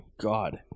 God